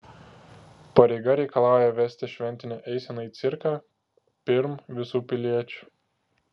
pareiga reikalauja vesti šventinę eiseną į cirką pirm visų piliečių